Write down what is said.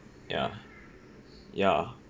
ya ya